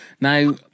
Now